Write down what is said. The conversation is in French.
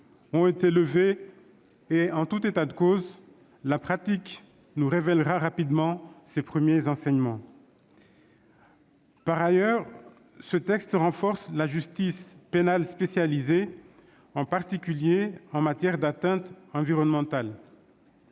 ont été levés et, en tout état de cause, la pratique nous révélera rapidement ses premiers enseignements. Par ailleurs, ce texte renforce la justice pénale spécialisée, en particulier en matière d'atteintes environnementales.